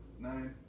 nine